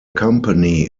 company